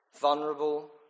Vulnerable